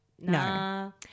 No